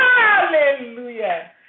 Hallelujah